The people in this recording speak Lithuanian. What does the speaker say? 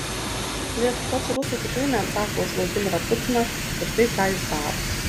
lietuvos rusai tikrai neatsako už vladimirą putiną ir tai ką jis daro